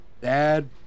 Dad